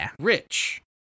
rich